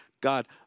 God